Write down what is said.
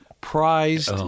prized